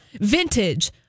vintage